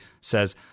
says